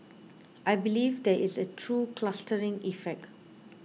I believe there is a true clustering effect